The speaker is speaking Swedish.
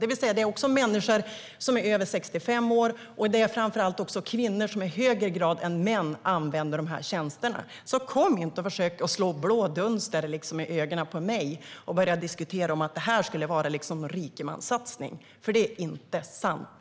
Det är också människor som är över 65 år, och framför allt är det i högre grad kvinnor än män som använder sig av dessa tjänster. Så kom inte och försök att slå blå dunster i ögonen på mig och börja diskutera som att det här skulle vara en rikemanssatsning! För det är inte sant.